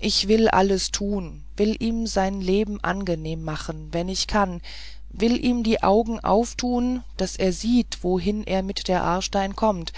ich will alles tun will ihm sein leben angenehm machen wenn ich kann will ihm die augen auftun daß er sieht wohin er mit der aarstein kommt